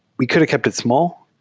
we could've kept it small,